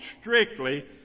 strictly